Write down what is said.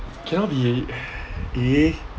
cannot be eh